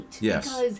yes